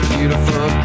Beautiful